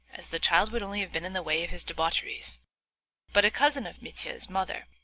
as the child would only have been in the way of his debaucheries. but a cousin of mitya's mother,